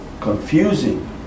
confusing